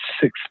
six